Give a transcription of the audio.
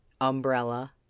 umbrella